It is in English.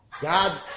God